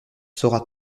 saura